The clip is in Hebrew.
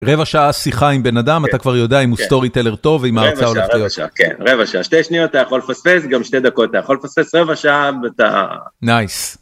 רבע שעה שיחה עם בן אדם אתה כבר יודע אם הוא סטורי טיילר טוב עם ההרצה הולכת להיות שתי שניות אתה יכול לפספס גם שתי דקות אתה יכול לפספס רבע שעה אתה. נייס.